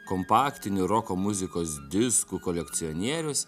kompaktinių roko muzikos diskų kolekcionierius